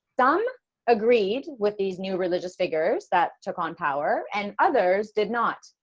some agreed with these new religious figures that took on power and others did not,